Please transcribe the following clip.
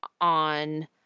on